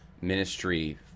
ministry